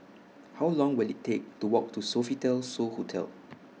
How Long Will IT Take to Walk to Sofitel So Hotel